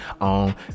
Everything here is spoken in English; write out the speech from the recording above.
on